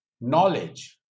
knowledge